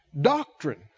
doctrine